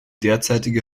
derzeitige